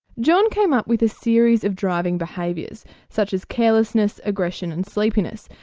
john came up with a series of driving behaviours such as carelessness, aggression and sleepiness,